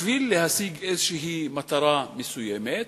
בשביל להשיג איזו מטרה מסוימת,